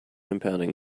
impounding